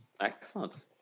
Excellent